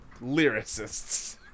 lyricists